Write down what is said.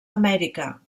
amèrica